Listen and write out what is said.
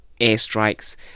airstrikes